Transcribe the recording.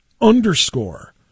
underscore